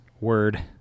word